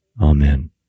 Amen